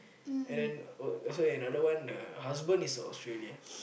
and then uh so another one the husband is Australia